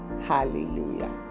Hallelujah